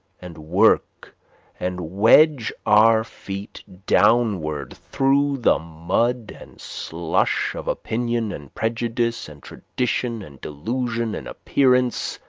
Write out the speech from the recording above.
and work and wedge our feet downward through the mud and slush of opinion, and prejudice, and tradition, and delusion, and appearance,